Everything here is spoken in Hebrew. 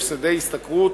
הפסדי השתכרות,